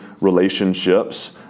relationships